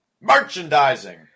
Merchandising